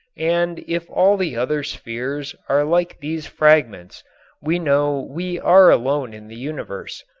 and if all the other spheres are like these fragments we know we are alone in the universe.